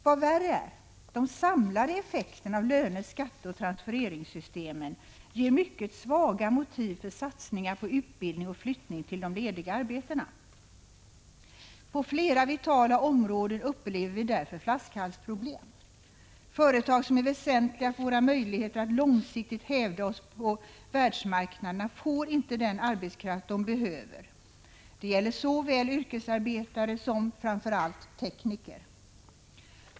Vad värre är, de samlade effekterna av löne-, skatteoch transfereringssystemen ger mycket svaga motiv för satsningar på utbildning och flyttning till de lediga arbetena. På flera vitala områden upplever vi därför flaskhalsproblem. Företag som är väsentliga för våra möjligheter att långsiktigt hävda oss på världsmarknaderna får inte den arbetskraft som de behöver. Det gäller såväl yrkesarbetare som, framför allt, tekniker.